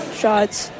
shots